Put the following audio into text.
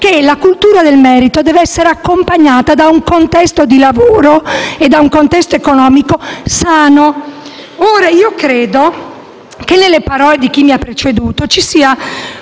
che la cultura del merito deve essere accompagnata da un contesto di lavoro ed economico sano. Credo che nelle parole di chi mi ha preceduto ci sia